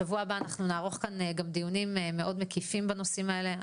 בשבוע הבא אנחנו נערוך כאן גם דיונים מאוד מקיפים בנושאים האלה.